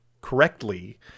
correctly